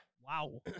Wow